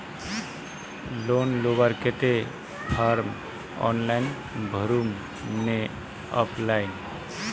Loan लुबार केते form online भरुम ने ऑफलाइन?